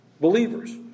believers